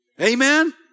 Amen